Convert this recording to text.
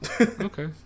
Okay